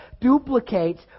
duplicates